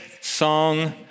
Song